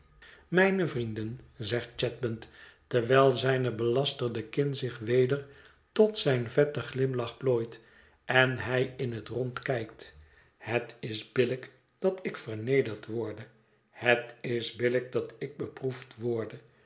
mijne vrienden zegt chadband terwijl zijne belasterde kin zich weder tot zijn vetten glimlach plooit en hij in het rond kijkt het is billijk dat ik vernederd worde het is billijk dat ik beproefd worde